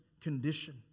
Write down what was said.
condition